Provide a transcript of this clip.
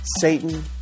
Satan